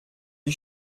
die